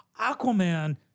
aquaman